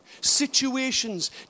Situations